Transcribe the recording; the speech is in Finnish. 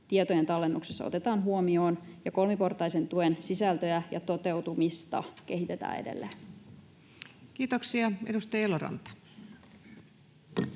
tietojen tallennuksessa otetaan huomioon ja kolmiportaisen tuen sisältöjä ja toteutumista kehitetään edelleen. Kiitoksia. — Edustaja Eloranta.